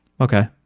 Okay